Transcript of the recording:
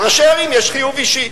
על ראשי ערים יש חיוב אישי.